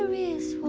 um is